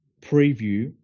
preview